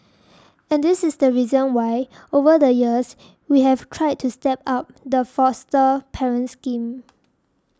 and this is the reason why over the years we have tried to step up the foster parent scheme